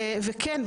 וכן,